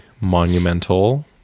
monumental